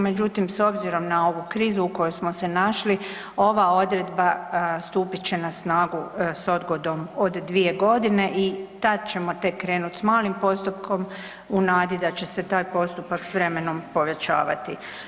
Međutim, s obzirom na ovu krizu u kojoj smo se našli ova odredba stupit će na snagu s odgodom od dvije godine i tad ćemo tek krenuti s malim postupkom u nadi da će se taj postupak s vremenom povećavati.